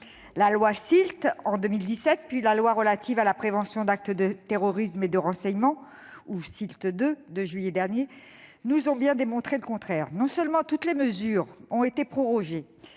(SILT) en 2017, puis la loi relative à la prévention d'actes de terrorisme et au renseignement, dite SILT 2, de juillet dernier, nous ont démontré le contraire : non seulement toutes les mesures ont été prorogées,